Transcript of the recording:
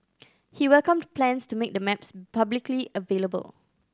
he welcomed plans to make the maps publicly available